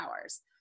hours